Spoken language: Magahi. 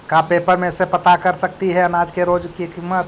का पेपर में से पता कर सकती है अनाज के रोज के किमत?